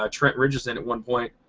ah trent ridges at at one point